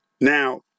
Now